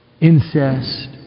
incest